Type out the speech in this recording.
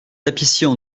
tapissiers